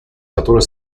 которой